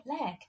leg